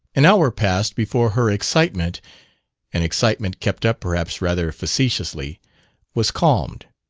an hour passed before her excitement an excitement kept up, perhaps, rather factitiously was calmed,